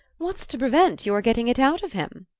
what's to prevent your getting it out of him?